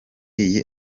iyi